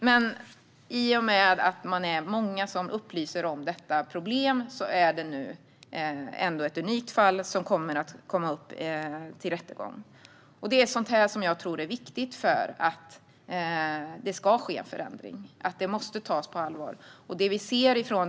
Men i och med att många upplyser om detta problem kommer nu ändå ett unikt fall att tas upp i en rättegång. Det är sådant jag tror är viktigt för att det ska ske en förändring; det måste tas på allvar.